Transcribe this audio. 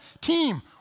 team